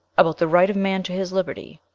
about the right of man to his liberty?